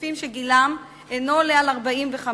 למשתתפים שגילם אינו עולה על 45,